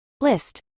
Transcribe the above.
list